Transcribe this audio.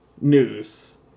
news